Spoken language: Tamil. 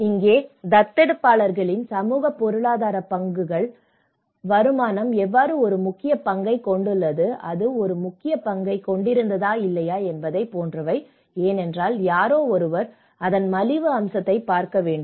இங்கே தத்தெடுப்பாளர்களின் சமூக பொருளாதார பண்புகள் வருமானம் எவ்வாறு ஒரு முக்கிய பங்கைக் கொண்டுள்ளது அது ஒரு முக்கிய பங்கைக் கொண்டிருந்ததா என்பது போன்றவை ஏனென்றால் யாரோ ஒருவர் அதன் மலிவு அம்சத்தைப் பார்க்க வேண்டும்